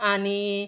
आणि